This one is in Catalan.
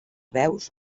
veus